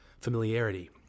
familiarity